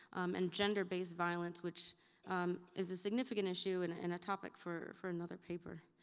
and gender-based violence, which is a significant issue and and a topic for for another paper.